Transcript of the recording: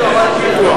נתקבלו.